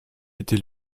était